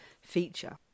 feature